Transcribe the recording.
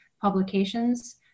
publications